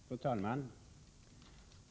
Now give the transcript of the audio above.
Fru talman!